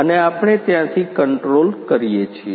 અને આપણે ત્યાંથી કંટ્રોલ કરીએ છીએ